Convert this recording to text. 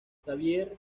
xavier